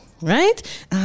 right